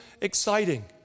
exciting